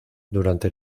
durante